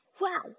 Wow